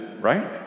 right